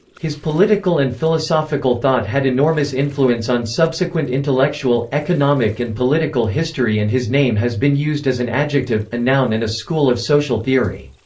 his political and philosophical thought had enormous influence on subsequent intellectual, economic and political history and his name has been used as an adjective, a noun and a school of social theory.